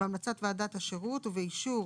בהמלצת ועדת השירות ובאישור